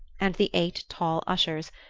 and the eight tall ushers,